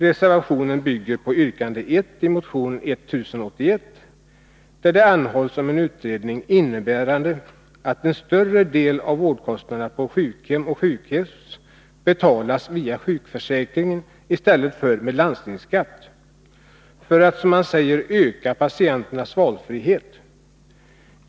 Reservationen bygger på yrkande 1i motion 1081, där det anhålls om en utredning om möjligheterna att låta en större del av vårdkostnaderna på sjukhem och sjukhus betalas via sjukförsäkringen i stället för via landstingsskatt för att, som man säger, öka patienternas valfrihet.